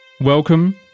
welcome